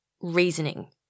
reasoning